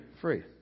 free